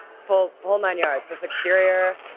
full full nine yards. this exterior